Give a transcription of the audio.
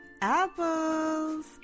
apples